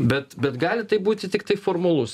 bet bet gali tai būti tiktai formalus